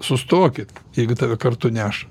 sustokit jeigu tave kartu neša